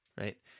Right